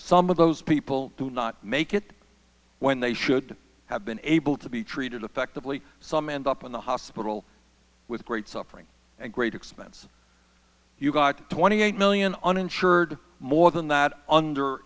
some of those people do not make it when they should have been able to be treated effectively some end up in the hospital with great suffering and great expense you've got twenty eight million uninsured more than that under